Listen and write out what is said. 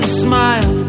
smile